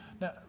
Now